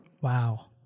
Wow